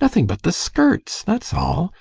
nothing but the skirts-that's all!